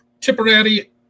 Tipperary